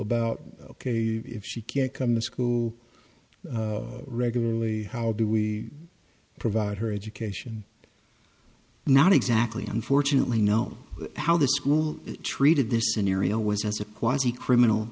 about ok if she can't come to school regularly how do we provide her education not exactly unfortunately know how the school treated this scenario was as a quasi criminal